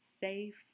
safe